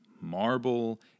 Marble